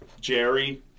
Jerry